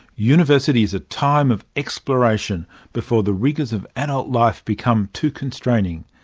university is a time of exploration before the rigours of adult life become too constraining,